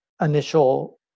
initial